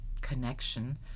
connection